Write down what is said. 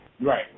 Right